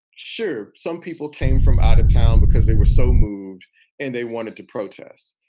sure, some people came from out of town because they were so moved and they wanted to protest.